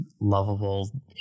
lovable